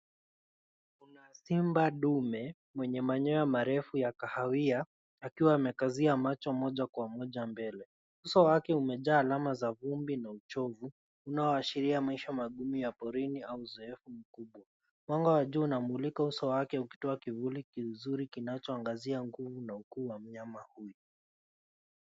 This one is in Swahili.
Kuna simba dume mwenye manyoya marefu ya kahawia, akiwa amekazia macho moja kwa moja mbele. Uso wake umejaa alama za vumbi na uchovu unaoashiria maisha magumu ya porini au uzeefu mkubwa. Mwanga wa juu unamulika uso wake ukitoa kivuli kizuri kinachoangazia nguvu na ukuu wa mnyama huyu.